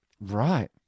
right